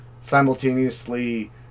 simultaneously